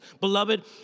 Beloved